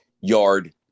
yard